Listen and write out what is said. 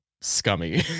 scummy